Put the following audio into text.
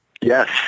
Yes